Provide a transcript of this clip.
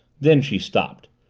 then she stopped.